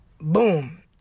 boom